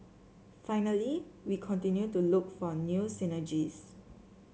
finally we continue to look for new synergies